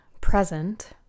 present